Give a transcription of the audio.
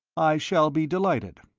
i shall be delighted.